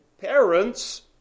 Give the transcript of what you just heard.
parents